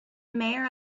mayor